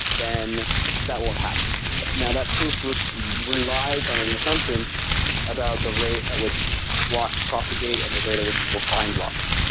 then that won't happen now that proof relies on an assumption about the rate at which walks propagate and the radar would people find locks.